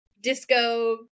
disco